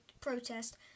protest